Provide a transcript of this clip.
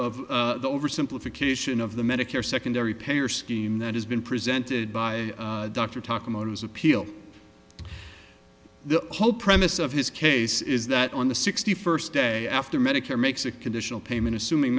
of the oversimplification of the medicare secondary payer scheme that has been presented by dr talk about his appeal the whole premise of his case is that on the sixty first day after medicare makes a conditional payment assuming